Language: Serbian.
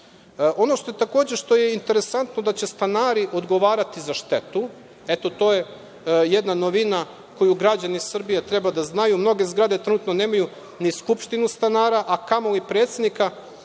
što je takođe interesantno jeste to da će stanari odgovarati za štetu. Eto, to je jedna novina koju građani Srbije treba da znaju. Mnoge zgrade trenutno nemaju ni skupštinu stanara, a kamoli predsednika,